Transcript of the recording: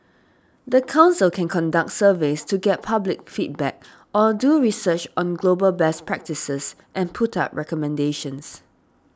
the council can conduct surveys to get public feedback or do research on global best practices and put up recommendations